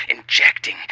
injecting